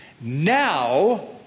Now